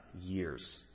years